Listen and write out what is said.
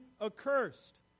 accursed